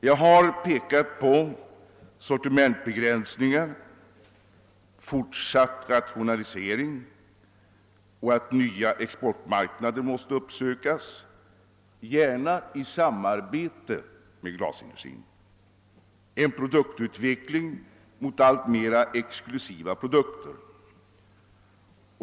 Jag har pekat på sortimentbegränsningar, fortsatt rationalisering och att nya exportmarknader måste uppsökas — gärna i samarbete med glasindustrin — samt på en produktutveckling mot allt mera exklusiva produkter.